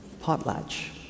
potlatch